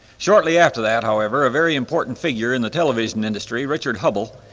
shortly after that, however, a very important figure in the television industry, richard hubble,